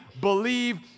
believe